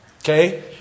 okay